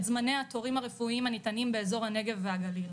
זמני התורים הרפואיים הניתנים באזור הנגב והגליל.